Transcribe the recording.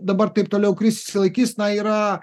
dabar taip toliau kris išsilaikys na yra